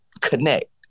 connect